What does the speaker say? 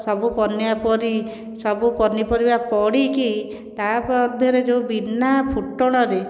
ସବୁ ପନିଆ ପରି ସବୁ ପନିପରିବା ପଡ଼ିକି ତା' ମଧ୍ୟରେ ଯେଉଁ ବିନା ଫୁଟଣରେ